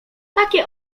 takie